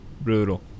Brutal